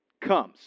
comes